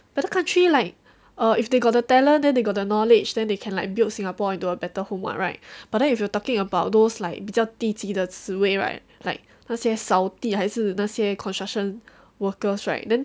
better country like err if they got the talent then they got knowledge then they can like build singapore into a better home what right but then if you are talking about those like 比较低级的职位 right like 那些扫地还是那些 construction workers right then